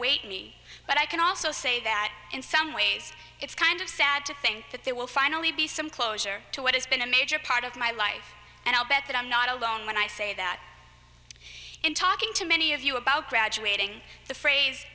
wait me but i can also say that in some ways it's kind of sad to think that there will finally be some closure to what has been a major part of my life and i'll bet that i'm not alone when i say that in talking to many of you about graduating the phrase